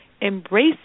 embrace